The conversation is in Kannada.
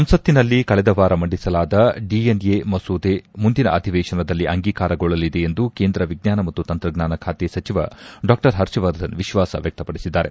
ಸಂಸತ್ತಿನಲ್ಲಿ ಕಳೆದ ವಾರ ಮಂಡಿಸಲಾದ ಡಿಎನ್ಎ ಮಸೂದೆ ಮುಂದಿನ ಅಧಿವೇಶನದಲ್ಲಿ ಅಂಗೀಕಾರಗೊಳ್ಳಲಿದೆ ಎಂದು ಕೇಂದ್ರ ವಿಜ್ಞಾನ ಮತ್ತು ತಂತ್ರಜ್ಞಾನ ಖಾತೆ ಸಚಿವ ಡಾ ಹರ್ಷವರ್ಧನ್ ವಿಶ್ವಾಸ ವ್ಯಕ್ಷಪಡಿಸಿದ್ದಾರೆ